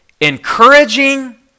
encouraging